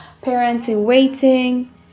parents-in-waiting